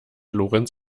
lorenz